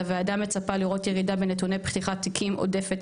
הוועדה מצפה לראות בנתונים פתיחת תיקים עודפת